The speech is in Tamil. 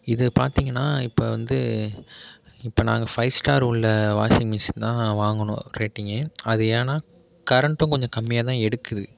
இது பார்த்திங்கன்னா இப்போ வந்து இப்போ நாங்கள் ஃபைவ் ஸ்டார் உள்ள வாஷிங் மிஷின் தான் வாங்கினோம் ரேட்டிங்கு அது ஏன்னால் கரண்ட்டும் கொஞ்சம் கம்மியாகதான் எடுக்குது